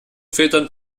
filtern